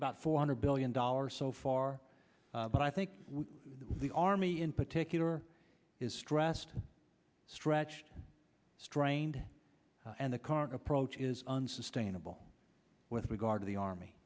about four hundred billion dollars so far but i think the army in particular is stressed stretched strained and the current approach is unsustainable with regard to the army